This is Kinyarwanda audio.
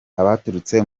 abaturutse